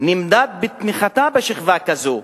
נמדד בתמיכתה בשכבה כזו,